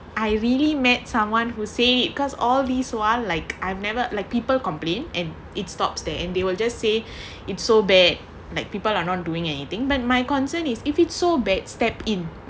I really met someone who say it because all these while like I've never like people complain and it stops there and they will just say it so bad like people are not doing anything but my concern is if it's so bad step in